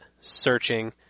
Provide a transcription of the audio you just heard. searching